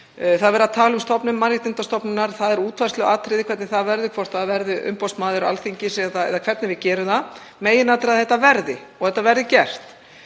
Það er verið að tala um stofnun mannréttindastofnunar. Það er útfærsluatriði hvernig það verður, hvort það verður umboðsmaður Alþingis eða hvernig við gerum það. Meginatriðið er að þetta verði gert.